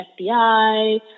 FBI